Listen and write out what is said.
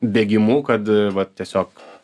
bėgimu kad vat tiesiog